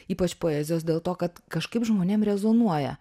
ypač poezijos dėl to kad kažkaip žmonėm rezonuoja